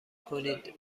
کنید